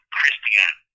Christiane